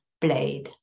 blade